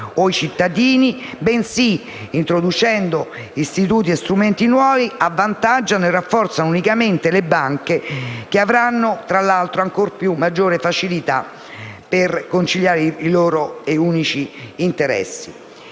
o i cittadini, bensì, introducendo istituti e strumenti nuovi, ad avvantaggiare e rafforzare unicamente le banche, che avranno, tra l'altro, ancora maggiore facilità per conciliare i loro unici interessi.